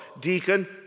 deacon